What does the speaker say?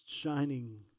shining